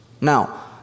Now